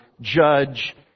judge